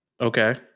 Okay